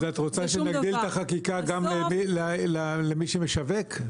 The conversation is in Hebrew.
את רוצה שנגדיל את החקיקה גם למי שמשווק?